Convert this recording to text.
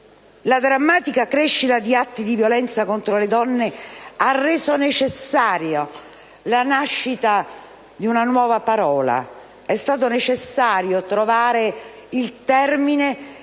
La drammatica crescita di atti di violenza contro le donne ha reso necessaria la nascita di una nuova parola. È stato necessario trovare il termine